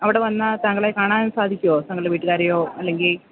അവിടെ വന്നാൽ താങ്കളെ കാണാൻ സാധിക്കുവോ താങ്കളുടെ വീട്ടുകാരെയോ അല്ലെങ്കിൽ